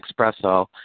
espresso